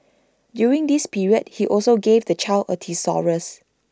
during this period he also gave the child A thesaurus